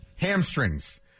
hamstrings